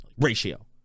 Ratio